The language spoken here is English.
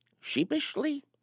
sheepishly